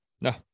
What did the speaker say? No